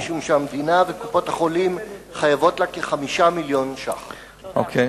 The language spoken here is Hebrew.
משום שהמדינה וקופות-החולים חייבות לה כ-5 מיליוני שקלים.